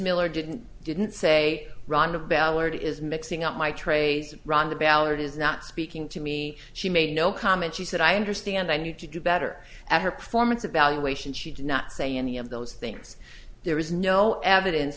miller didn't didn't say rhonda ballard is mixing up my trades rhonda ballard is not speaking to me she made no comment she said i understand i need to do better at her performance evaluation she did not say any of those things there is no evidence